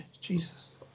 Jesus